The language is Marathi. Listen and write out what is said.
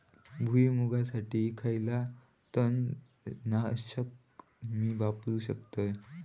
भुईमुगासाठी खयला तण नाशक मी वापरू शकतय?